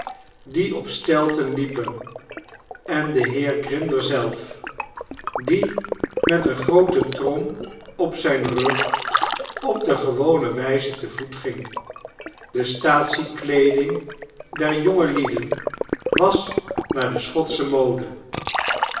die op stelten liepen en den heer grinder zelf die met eene groote trom op zijn rug op de gewone wijze te voet ging de staatsiekleeding der jonge lieden was naar de schotsehe mode